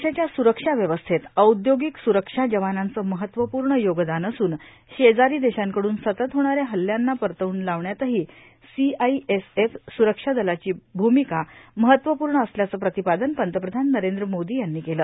देशाच्या सुरक्षाव्यवस्थेत औद्योगिक सुरक्षा जवानांचं महत्वपूर्ण योगदान असून शेजारी देशांकडून सतत होणाऱ्या हल्ल्यांना परतवून लावण्यातही सीआईएसएफ सुरक्षा दलाची भूमिका महत्वपूर्ण असल्याचं प्रतिपादन पंतप्रधान नरेंद्र मोदी यांनी केलं